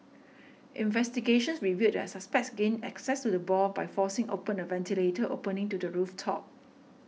investigations revealed that the suspects gained access to the stall by forcing open a ventilator opening to the roof top